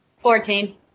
Fourteen